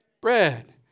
bread